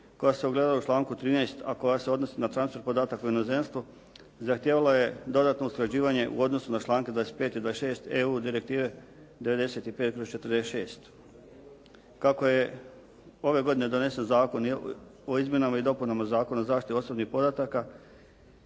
koja se ogleda u članku 13. a koja se odnosi na transfer podataka u inozemstvo zahtijevala je dodatno usklađivanje u odnosu na članke 25. i 26. EU direktive 95/46. Kako je ove godine donesen Zakon o izmjenama i dopunama Zakona o zaštiti osobnih podataka